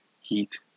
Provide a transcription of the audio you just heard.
Heat